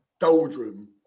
doldrum